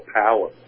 power